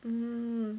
um